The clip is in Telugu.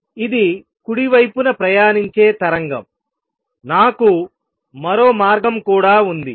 ఇది కుడి వైపున ప్రయాణించే తరంగం నాకు మరో మార్గం కూడా ఉంది